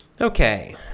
Okay